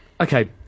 Okay